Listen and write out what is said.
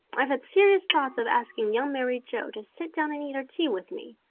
i've had serious thoughts of asking young mary joe to sit down and eat her tea with me,